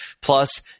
Plus